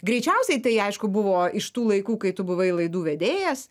greičiausiai tai aišku buvo iš tų laikų kai tu buvai laidų vedėjas